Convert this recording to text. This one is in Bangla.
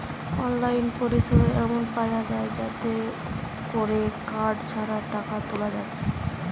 অনলাইন পরিসেবা এমন পায়া যায় যাতে কোরে কার্ড ছাড়া টাকা তুলা যাচ্ছে